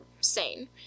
sane